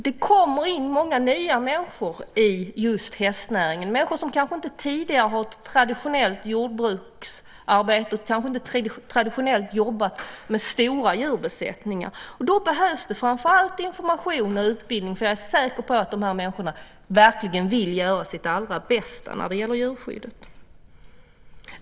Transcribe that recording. Det kommer in många nya människor i hästnäringen, människor som kanske inte tidigare har haft ett traditionellt jordbruksarbete och jobbat med stora djurbesättningar. Då behövs det framför allt information och utbildning, för jag är säker på att de här människorna verkligen vill göra sitt allra bästa när det gäller djurskyddet.